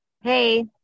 hey